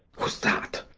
who's that?